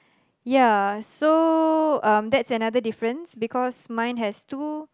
ya so um that's another difference because mine has two